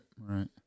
right